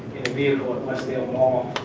vehicle at westdale mall. ah,